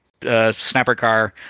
Snappercar